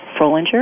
Frolinger